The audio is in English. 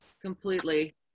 completely